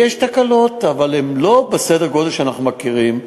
יש תקלות, אבל הן לא בסדר-גודל שאנחנו מכירים.